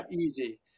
easy